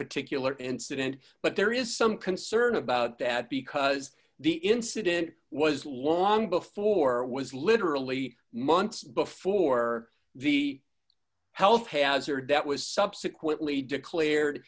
particular incident but there is some concern about that because the incident was long before was literally months before the health hazard that was subsequently declared